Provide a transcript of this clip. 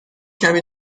کمی